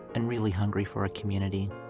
and really hungry for a community.